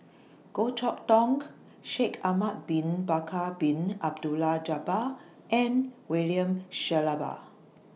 Goh Chok Tong Shaikh Ahmad Bin Bakar Bin Abdullah Jabbar and William Shellabear